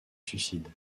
suicide